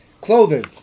clothing